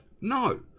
No